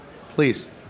please